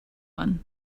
one